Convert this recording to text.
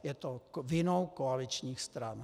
Je to vinou koaličních stran.